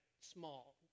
small